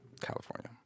California